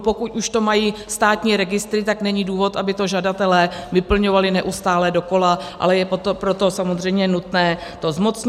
Pokud už to mají státní registry, tak není důvod, aby to žadatelé vyplňovali neustále dokola, ale je pro to samozřejmě nutné to zmocnění.